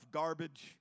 garbage